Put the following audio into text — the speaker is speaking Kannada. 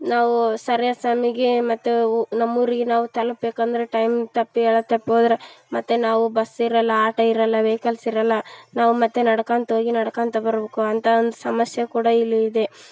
ನಾವೂ ಸರಿಯಾದ ಸಮಯಕ್ಕೆ ಮತ್ತು ನಮ್ಮೂರಿಗೆ ನಾವು ತಲ್ಪಬೇಕಂದರೆ ಟೈಮ್ ತಪ್ಪಿ ಇಲ್ಲ ತಪ್ಪೋದರೆ ಮತ್ತು ನಾವು ಬಸ್ಸಿರೋಲ್ಲ ಆಟೋ ಇರೋಲ್ಲ ವೆಹಿಕಲ್ಸ್ ಇರೋಲ್ಲ ನಾವು ಮತ್ತು ನಡ್ಕೋತ ಹೋಗಿ ನಡ್ಕೋತ ಬರ್ಬೋಕು ಅಂಥ ಒಂದು ಸಮಸ್ಯೆ ಕೂಡ ಇಲ್ಲಿ ಇದೆ